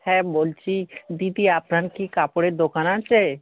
হ্যাঁ বলছি দিদি আপনার কি কাপড়ের দোকান আছে